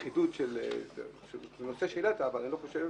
חידוד בנושא שהעלית, אבל אני לא חושב